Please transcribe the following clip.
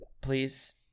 Please